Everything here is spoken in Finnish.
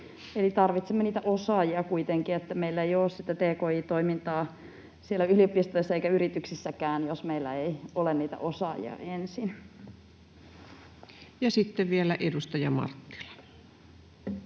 Eli tarvitsemme niitä osaajia kuitenkin. Meillä ei ole sitä tki-toimintaa yliopistoissa eikä yrityksissäkään, jos meillä ei ole niitä osaajia ensin. Ja sitten vielä edustaja Marttila.